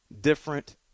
different